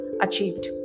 achieved